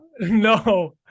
No